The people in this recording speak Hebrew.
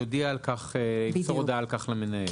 ימסור הודעה על כך למנהל.